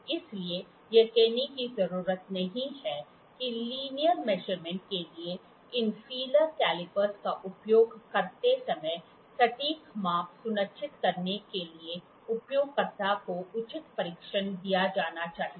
इसलिए यह कहने की जरूरत नहीं है कि लीनियर मेजरमेंट के लिए इन फीलर कैलिपर का उपयोग करते समय सटीक माप सुनिश्चित करने के लिए उपयोगकर्ता को उचित प्रशिक्षण दिया जाना चाहिए